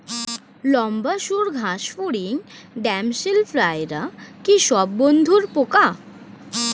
লম্বা সুড় ঘাসফড়িং ড্যামসেল ফ্লাইরা কি সব বন্ধুর পোকা?